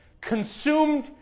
consumed